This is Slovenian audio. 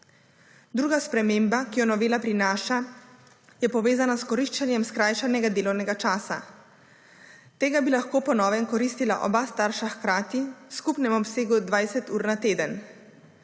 Druga sprememba, ki jo novela prinaša, je povezana s koriščenjem skrajšanega delovnega časa. Tega bi lahko po novem koristila oba starša hkrati v skupnem obsegu 20 ur na teden.